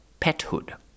Pethood